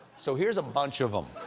so here's a bunch of them.